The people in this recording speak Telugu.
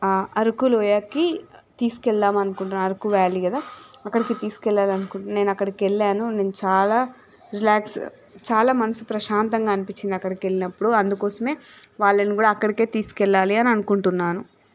అరకు లోయకి తీసుకువెళదాం అనుకుంటున్నాను అరకు వ్యాలీ కదా అక్కడికి తిసుకువెళ్ళాలి అనుకుంటున్నాను నేను అక్కడికి వెళ్ళాను నేను చాలా రిలాక్స్ చాలా మనసు ప్రశాంతంగా అనిపించింది అక్కడికి వెళ్ళినప్పుడు అందుకోసమే వాళ్ళని కూడా అక్కడికే తీసుకువెళ్ళాలి అని అనుకుంటున్నాను